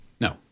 No